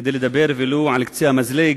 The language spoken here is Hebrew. כדי לדבר, ולו על קצה המזלג,